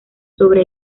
sobre